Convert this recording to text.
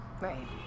Right